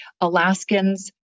Alaskans